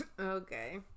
okay